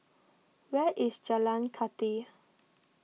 where is Jalan Kathi